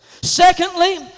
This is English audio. Secondly